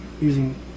using